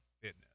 Fitness